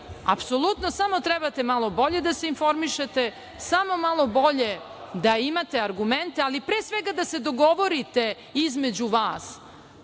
apsolutno samo trebate malo bolje da se informišete, samo malo bolje da imate argumente, ali pre svega da se dogovorite između vas